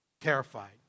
terrified